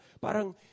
Parang